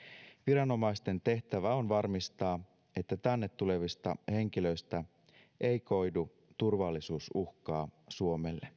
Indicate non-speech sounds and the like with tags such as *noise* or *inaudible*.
viranomaisten tehtävä on varmistaa että tänne tulevista henkilöistä ei koidu turvallisuusuhkaa suomelle *unintelligible*